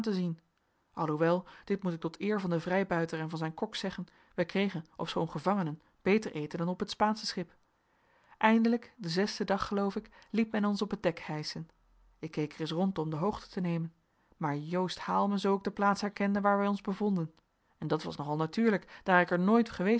alhoewel dit moet ik tot eer van den vrijbuiter en van zijn kok zeggen wij kregen ofschoon gevangenen beter eten dan op het spaansche schip eindelijk den zesden dag geloof ik liet men ons op het dek hijschen ik keek ereis rond om de hoogte te nemen maar joost haal me zoo ik de plaats herkende waar wij ons bevonden en dat was nogal natuurlijk daar ik er nooit geweest